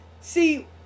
see